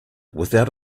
without